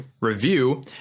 review